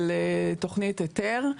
של תכנית היתר.